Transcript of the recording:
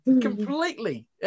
completely